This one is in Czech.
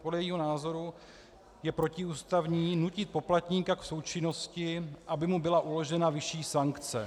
Podle jejího názoru je protiústavní nutit poplatníka k součinnosti, aby mu byla uložena vyšší sankce.